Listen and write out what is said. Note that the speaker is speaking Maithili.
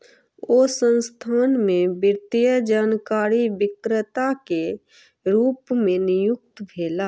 ओ संस्थान में वित्तीय जानकारी विक्रेता के रूप नियुक्त भेला